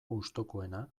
gustukoena